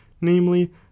namely